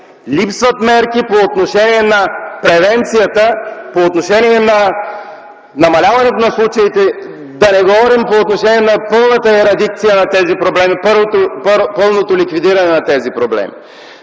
липсват мерки по отношение на превенцията, по отношение намаляването на случаите, да не говорим за пълната ерадикция на тези проблеми, пълното ликвидиране на тези проблеми.